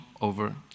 over